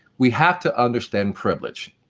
we have to understand privilege.